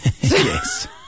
Yes